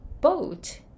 boat